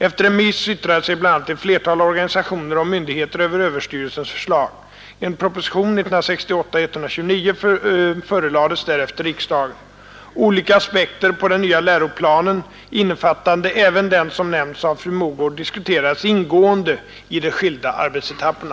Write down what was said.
Efter remiss yttrade sig bl.a. ett flertal organisationer och myndigheter över överstyrelsens förslag. En proposition förelades därefter riksdagen. Olika aspekter på den nya läroplanen — innefattande även den som nämns av fru Mogård — diskuterades ingående i de skilda arbetsetapperna.